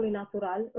natural